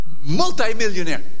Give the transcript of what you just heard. Multimillionaire